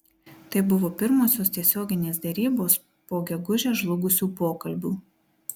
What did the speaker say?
tai buvo pirmosios tiesioginės derybos po gegužę žlugusių pokalbių